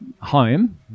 home